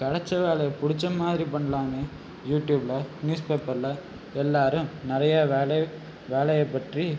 கிடச்ச வேலையை பிடிச்ச மாதிரி பண்ணலாமே யூட்யூப்பில் நியூஸ்பேப்பரில் எல்லோரும் நிறைய வேலை வேலையை பற்றி